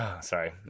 Sorry